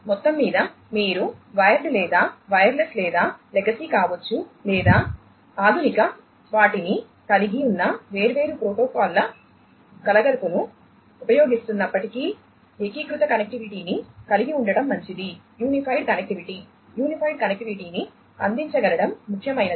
మొత్తంమీద మీరు వైర్డు లేదా వైర్లెస్ లేదా లెగసీ కావచ్చు లేదా ఆధునిక వాటిని కలిగి ఉన్న వేర్వేరు ప్రోటోకాల్ల కలగలుపును ఉపయోగిస్తున్నప్పటికీ ఏకీకృత కనెక్టివిటీని కలిగి ఉండటం మంచిది యూనిఫైడ్ కనెక్టివిటీ ని అందించగలగడం ముఖ్యమైనది